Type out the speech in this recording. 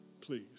Please